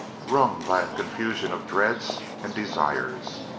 wrung by a confusion of dreads and desires.